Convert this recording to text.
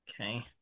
Okay